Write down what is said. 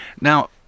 Now